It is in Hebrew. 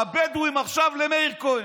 הבדואים עכשיו למאיר כהן.